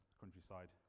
countryside